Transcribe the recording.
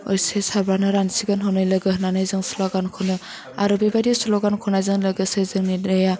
ओसे सारबानो रानसिगोन हनै लोगो होनानै जो स्लगान खनो आरो बेबायदि स्लगान खन्नायजों लोगोसे जोंनि दैआ